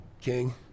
king